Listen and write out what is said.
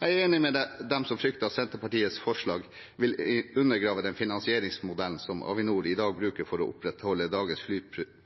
Jeg er enig med dem som frykter at Senterpartiets forslag vil undergrave den finansieringsmodellen som Avinor i dag bruker for å opprettholde dagens